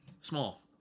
small